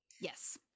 yes